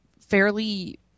fairly